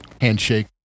Handshake